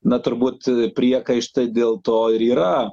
na turbūt priekaištai dėl to ir yra